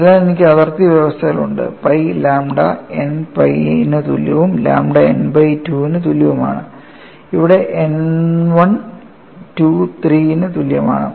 അതിനാൽ എനിക്ക് അതിർത്തി വ്യവസ്ഥകളുണ്ട് pi lambda n pi ന് തുല്യവും lambda n ബൈ 2 ന് തുല്യവുമാണ് ഇവിടെ n 1 2 3 ന് തുല്യമാണ്